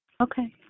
Okay